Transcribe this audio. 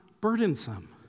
burdensome